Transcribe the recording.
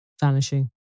vanishing